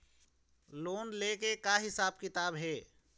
Loan ले के का हिसाब किताब हे?